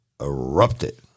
erupted